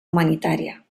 humanitària